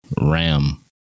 Ram